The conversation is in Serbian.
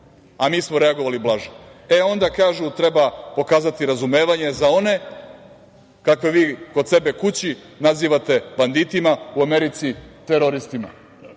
Mi smo reagovali blaže. Onda kažu treba pokazati razumevanje za one kakve vi kod sebe kuće nazivate banditima, u Americi teroristima.